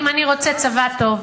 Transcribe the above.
אם אני רוצה צבא טוב,